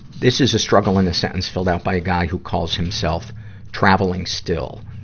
this is a struggle in a sentence filled out by a guy who calls himself traveling still.